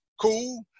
cool